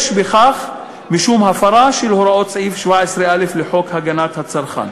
יש בכך משום הפרה של הוראות סעיף 17א לחוק הגנת הצרכן.